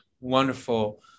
wonderful